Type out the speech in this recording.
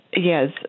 Yes